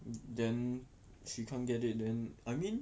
then she can't get it then I mean